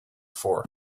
for